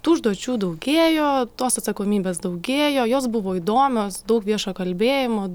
tų užduočių daugėjo tos atsakomybės daugėjo jos buvo įdomios daug viešo kalbėjimo